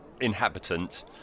Inhabitant